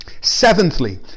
Seventhly